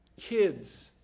kids